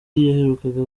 yaherukaga